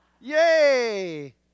Yay